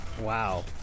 Wow